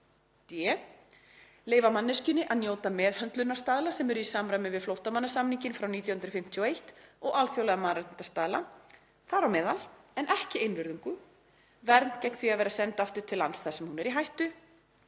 d. leyfa manneskjunni að njóta meðhöndlunarstaðla sem eru í samræmi við flóttamannasamninginn frá 1951 og alþjóðlega mannréttindastaðla, þar á meðal, en ekki einvörðungu, vernd gegn því að vera send aftur til lands þar sem hún er í hættu;